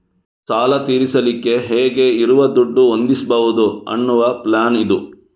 ಸಾಲ ತೀರಿಸಲಿಕ್ಕೆ ಹೇಗೆ ಇರುವ ದುಡ್ಡು ಹೊಂದಿಸ್ಬಹುದು ಅನ್ನುವ ಪ್ಲಾನ್ ಇದು